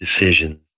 decisions